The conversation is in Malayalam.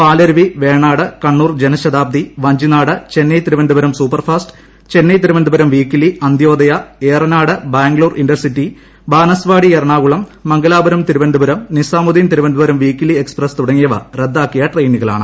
Palaruvi Venad Kannur Janshatabdi Vanchinad Chennai Thiruvananthapuram super fast Chennai Thiruvananthapuram weekly Antyodaya Ernad Bangalore intercity Banaswadi Ernakulam Mangalapuram Thiruvananthapuram Nizamuddin Thiruvananthapuram weekly express തുടങ്ങിയവ റദ്ദാക്കിയ ട്രെയിനുകളാണ്